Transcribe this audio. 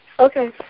Okay